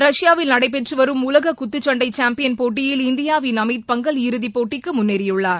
ரஷ்யாவில் நடைபெற்று வரும் உலக குத்துச்சண்டை சாம்பியன் போட்டியில் இந்தியாவின் அமித் பங்கல் இறுதிப் போட்டிக்கு முன்னேறியுள்ளார்